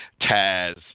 Taz